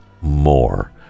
more